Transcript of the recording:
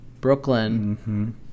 Brooklyn